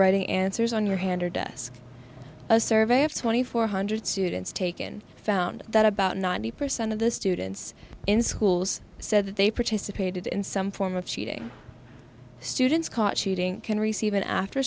writing answers on your hand or desk a survey of twenty four hundred students taken found that about ninety percent of the students in schools said that they participated in some form of cheating students caught cheating can receive an after